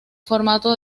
formato